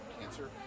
Cancer